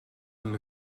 rhwng